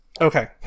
Okay